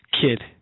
Kid